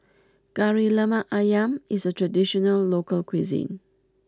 Kari Lemak Ayam is a traditional local cuisine